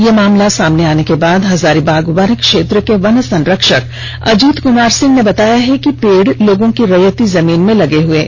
यह मामला आने के बाद हजारीबाग वन क्षेत्र के वन संरक्षक अजीत कुमार सिंह ने बताया कि पेड़ लोगों की रैयती जमीन में लगा हुआ है